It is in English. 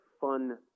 fun